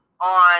on